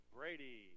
Brady